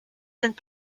sind